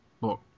book